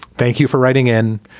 thank you for writing in